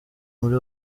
muri